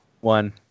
One